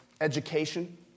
education